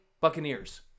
Buccaneers